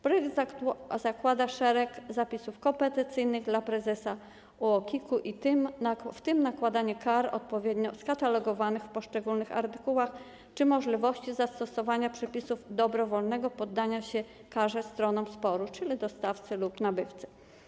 Projekt zakłada szereg zapisów kompetencyjnych dla prezesa UOKiK-u, w tym nakładanie kar odpowiednio skatalogowanych w poszczególnych artykułach, czy możliwości zastosowania przepisów dobrowolnego poddania się karze stronom sporu, czyli dostawcy lub nabywcy.